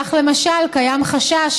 כך, למשל, קיים חשש